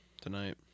tonight